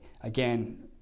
Again